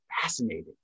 fascinating